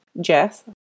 jess